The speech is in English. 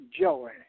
joy